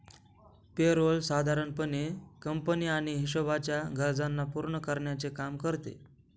पे role साधारण पणे company आणि हिशोबाच्या गरजांना पूर्ण करण्याचे काम करते